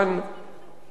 דבר מביש,